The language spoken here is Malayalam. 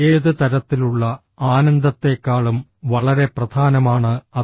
ഏത് തരത്തിലുള്ള ആനന്ദത്തേക്കാളും വളരെ പ്രധാനമാണ് അത്